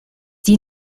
die